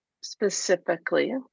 specifically